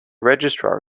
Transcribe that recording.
registrar